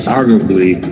arguably